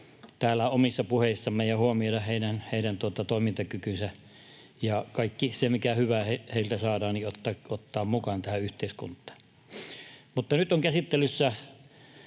täällä omissa puheissamme, ja tulee huomioida heidän toimintakykynsä ja kaikki se, mikä hyvä heiltä saadaan, ottaa mukaan tähän yhteiskuntaan. Mutta nyt on käsittelyssä